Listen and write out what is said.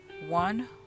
one